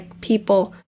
people